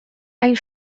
hain